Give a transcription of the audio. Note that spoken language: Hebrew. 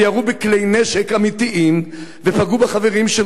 וירו בכלי נשק אמיתיים ופגעו בחברים של